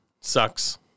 Sucks